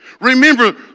Remember